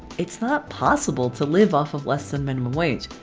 it's not possible to live off of less than minimum wage.